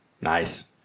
nice